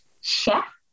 chef